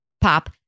Pop